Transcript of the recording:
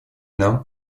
нам